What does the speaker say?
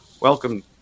Welcome